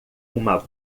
uma